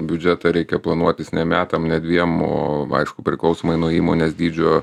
biudžetą reikia planuotis ne metam ne dviem o aišku priklausomai nuo įmonės dydžio